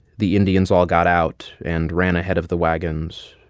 the indians all got out and ran ahead of the wagons.